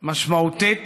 משמעותית.